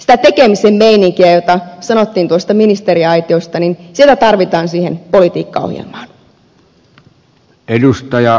sitä tekemisen meininkiä josta sanottiin tuosta ministeriaitiosta tarvitaan siihen politiikkaohjelmaan